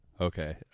Okay